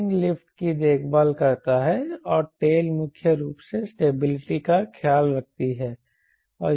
wing lift की देखभाल करता है और टेल मुख्य रूप से स्टेबिलिटी का ख्याल रखती है